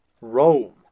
Rome